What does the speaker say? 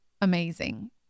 amazing